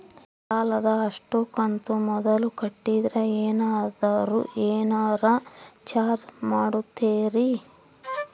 ಸಾಲದ ಅಷ್ಟು ಕಂತು ಮೊದಲ ಕಟ್ಟಿದ್ರ ಏನಾದರೂ ಏನರ ಚಾರ್ಜ್ ಮಾಡುತ್ತೇರಿ?